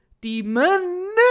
Demon